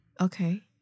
Okay